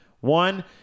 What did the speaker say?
One